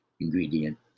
ingredient